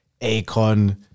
Akon